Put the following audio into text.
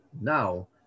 now